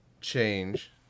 change